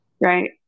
Right